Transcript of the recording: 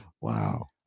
Wow